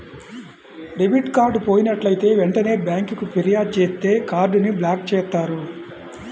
debit card పోయినట్లైతే వెంటనే బ్యేంకుకి ఫిర్యాదు చేత్తే కార్డ్ ని బ్లాక్ చేత్తారు